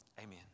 Amen